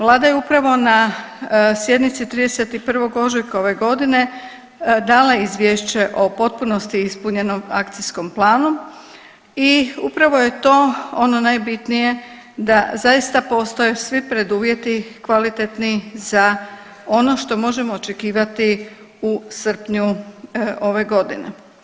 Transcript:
Vlada je upravo na sjednici 31. ožujka ove godine dala izvješće o potpunosti ispunjenog akcijskom planom i upravo je to ono najbitnije da zaista postoje svi preduvjeti kvalitetni za ono što možemo očekivati u srpnju ove godine.